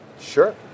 Sure